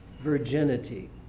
virginity